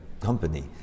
company